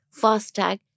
FastTag